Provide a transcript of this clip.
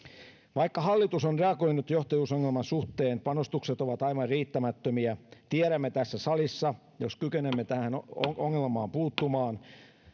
vaikka hallitus on reagoinut johtajuusongelman suhteen panostukset ovat aivan riittämättömiä tiedämme tässä salissa että jos kykenemme tähän ongelmaan puuttumaan